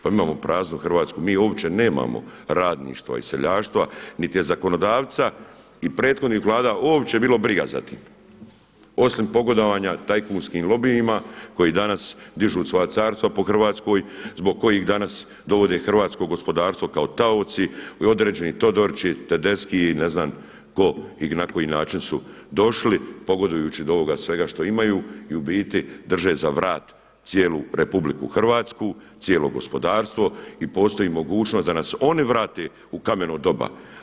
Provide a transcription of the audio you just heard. Pa mi imamo praznu Hrvatsku, mi uopće nemamo radništva i seljaštva, niti zakonodavca i prethodnih vlada uopće bilo briga za time, osim pogodovanja tajkunskim lobijima koji danas dižu svoja carstva po Hrvatskoj, zbog kojih danas dovode hrvatsko gospodarstvo kao taoci i određeni Todorići, Tedeski i ne znam tko i na koji način su došli, pogodujući do ovoga svega što imaju i u biti drže za vrat cijelu RH, cijelo gospodarstvo i postoji mogućnost da nas oni vrate u kameno doba.